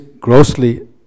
grossly